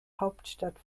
hauptstadt